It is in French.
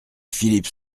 philippe